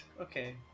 okay